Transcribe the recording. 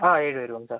ആ ഏഴ് പേർ